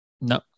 No